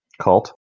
Cult